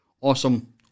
Awesome